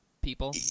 people